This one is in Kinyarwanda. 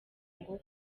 ngo